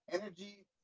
energy